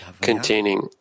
containing